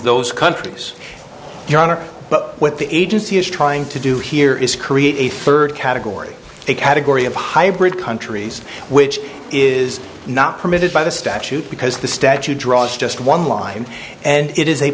those countries your honor but what the agency is trying to do here is create a third category a category of hybrid countries which is not permitted by the statute because the statute draws just one line and it is a